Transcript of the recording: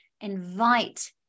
invite